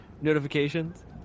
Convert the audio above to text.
notifications